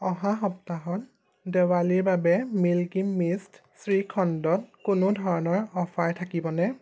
অহা সপ্তাহত দেৱালীৰ বাবে মিল্কী মিষ্ট শ্ৰীখণ্ডত কোনো ধৰণৰ অফাৰ থাকিব নে